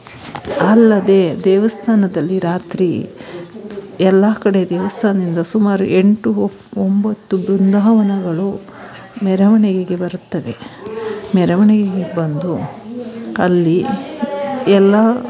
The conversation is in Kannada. ಅಲ್ಲದೇ ದೇವಸ್ಥಾನದಲ್ಲಿ ರಾತ್ರಿ ಎಲ್ಲ ಕಡೆ ದೇವಸ್ಥಾನದಿಂದ ಸುಮಾರು ಎಂಟು ಒಂಬತ್ತು ಬೃಂದಾವನಗಳು ಮೆರವಣಿಗೆಗೆ ಬರುತ್ತವೆ ಮೆರವಣಿಗೆಗೆ ಬಂದು ಅಲ್ಲಿ ಎಲ್ಲ